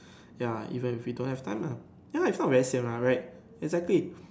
ya even if we don't have time lah ya it's not very sian what right exactly